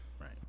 Right